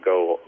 go